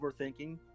overthinking